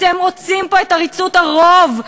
אתם רוצים פה את עריצות הרוב.